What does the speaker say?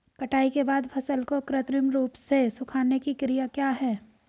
कटाई के बाद फसल को कृत्रिम रूप से सुखाने की क्रिया क्या है?